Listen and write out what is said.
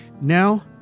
Now